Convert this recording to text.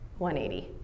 180